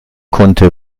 konnte